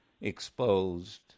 exposed